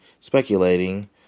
speculating